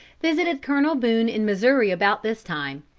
visited colonel boone in missouri about this time.